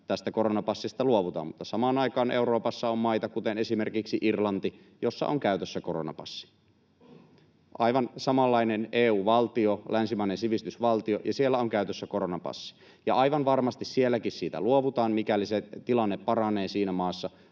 tästä koronapassista luovutaan, mutta samaan aikaan Euroopassa on maita, kuten esimerkiksi Irlanti, jossa on käytössä koronapassi — aivan samanlainen EU-valtio, länsimainen sivistysvaltio, ja siellä on käytössä koronapassi — ja aivan varmasti sielläkin siitä luovutaan, mikäli se tilanne paranee siinä maassa,